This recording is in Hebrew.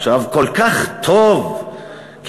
עכשיו כל כך טוב כביכול.